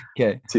Okay